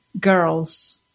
girls